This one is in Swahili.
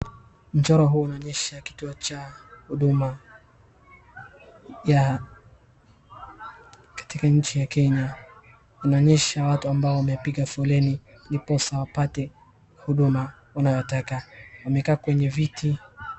Mchoro huu unaonyesha kituo cha huduma ya katika nchi ya Kenya. Inaonyesha watu ambao wamepiga foleni ndiposa wapate huduma wanayotaka. Wamekaa kwenye viti.